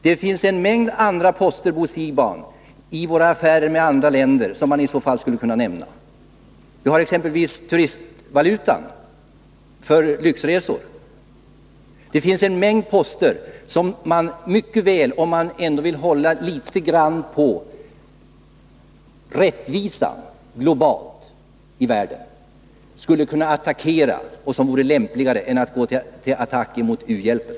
Det finns en mängd andra poster, Bo Siegbahn, i våra affärer med andra länder som man i så fall skulle kunna nämna, exempelvis turistvalutan för lyxresor. Om man vill litet grand främja rättvisan globalt i världen, finns det en mängd poster som man skulle kunna attackera och som vore lämpligare att gå till attack mot än u-hjälpen.